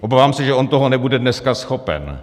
Obávám se, že on toho nebude dneska schopen.